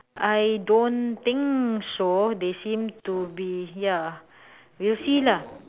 I don't think so they seem to be ya we'll see lah